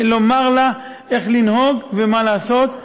מה זאת אומרת, לומר לה איך לנהוג ומה לעשות,